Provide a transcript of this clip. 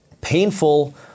painful